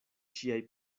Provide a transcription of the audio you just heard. ŝiaj